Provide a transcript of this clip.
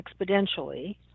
exponentially